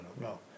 no